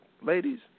ladies